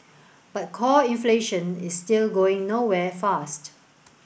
but core inflation is still going nowhere fast